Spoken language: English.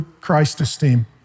Christ-esteem